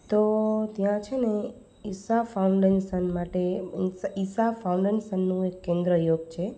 તો ત્યાં છેને ઈશા ફાઉન્ડેશન માટે ઈશા ફાઉન્ડનસનનું એક કેન્દ્ર છે